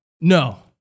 No